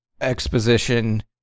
exposition